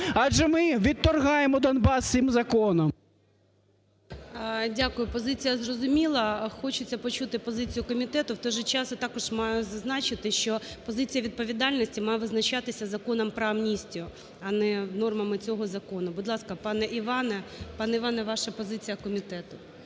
адже ми відторгаємо Донбас цим законом. ГОЛОВУЮЧИЙ. Дякую. Позиція зрозуміла. Хочеться почути позицію комітету. В той же час я також маю зазначити, що позиція відповідальності має визначатися Законом про амністію, а не нормами цього закону. Будь ласка, пане Іване. Пан Іван, ваша позиція комітету.